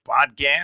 podcast